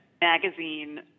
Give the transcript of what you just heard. Magazine